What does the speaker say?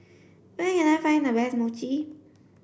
where can I find the best Mochi